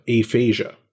aphasia